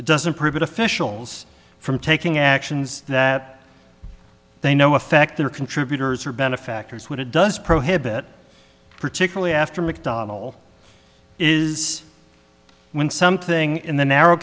it doesn't prove it officials from taking actions that they know affect their contributors or benefactors when it does prohibit particularly after mcdonnell is when something in the narrow